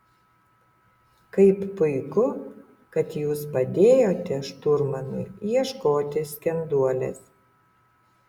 kaip puiku kad jūs padėjote šturmanui ieškoti skenduolės